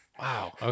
Wow